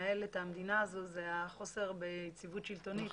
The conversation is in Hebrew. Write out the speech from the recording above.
בניהול המדינה, זה חוסר בכיבוד שלטוני.